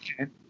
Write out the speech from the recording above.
okay